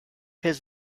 his